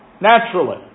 naturally